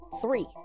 three